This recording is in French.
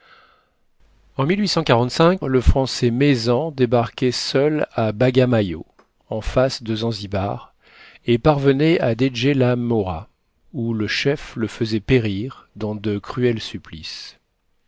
en le français maizan débarquait seul à bagamayo en face de zanzibar et parvenait à deje la mhora où le chef le faisait périr dans de cruels supplices